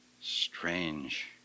Strange